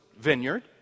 vineyard